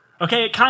Okay